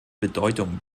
bedeutung